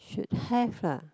should have lah